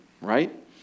right